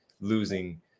losing